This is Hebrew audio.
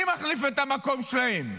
מי מחליף את המקום שלהם?